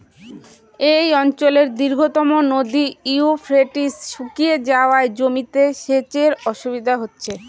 এই অঞ্চলের দীর্ঘতম নদী ইউফ্রেটিস শুকিয়ে যাওয়ায় জমিতে সেচের অসুবিধে হচ্ছে